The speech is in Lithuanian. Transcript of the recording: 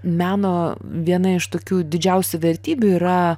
meno viena iš tokių didžiausių vertybių yra